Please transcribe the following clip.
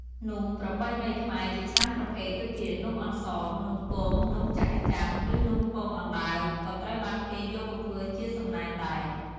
នំប្រពៃណីខ្មែរជាច្រើនប្រភេទ ដូចជានំអន្សម នំគម នំចក្រច័ក្ស ឬ នំពងអណ្តើក ក៏ត្រូវបានគេយកមកធ្វើជាសំណែនដែរ។